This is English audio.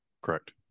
Correct